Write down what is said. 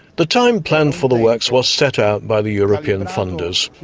the time planned for the works was set out by the european funders.